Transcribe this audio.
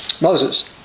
Moses